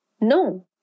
No